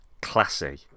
classy